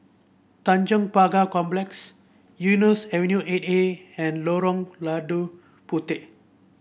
Tanjong Pagar Complex Eunos Avenue Eight A and Lorong Lada Puteh